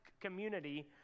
community